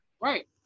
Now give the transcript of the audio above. Right